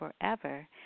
forever